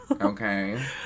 Okay